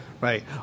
right